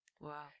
Wow